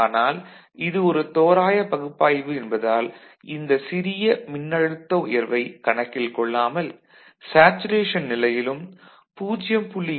ஆனால் இது ஒரு தோராய பகுப்பாய்வு என்பதால் இந்த சிறிய மின்னழுத்த உயர்வை கணக்கில் கொள்ளாமல் சேச்சுரேஷன் நிலையிலும் 0